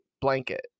blanket